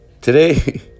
Today